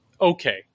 okay